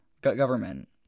government